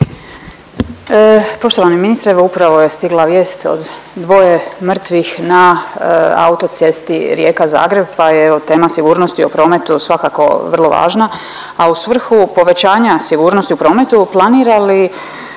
Poštovani ministre, evo upravo je stigla vijest o dvoje mrtvih na autocesti Rijeka-Zagreb, pa je evo tema sigurnosti u prometu svakako vrlo važna, a u svrhu povećanja sigurnosti u prometu planirali